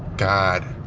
god.